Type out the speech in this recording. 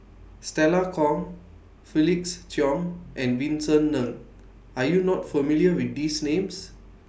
Stella Kon Felix Cheong and Vincent Ng Are YOU not familiar with These Names